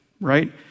right